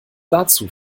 dazu